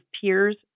peers